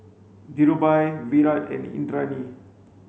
Dhirubhai Virat and Indranee